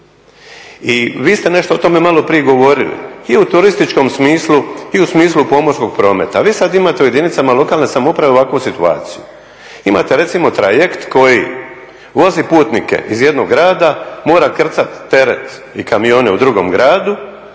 I vi ste nešto o tome maloprije govorili. I u turističkom smislu i u smislu pomorskog prometa, vi sad imate u jedinicama lokalne samouprave ovakvu situaciju, imate recimo trajekt koji vozi putnike iz jednog grada, mora krcat teret i kamione u drugom gradu